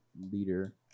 leader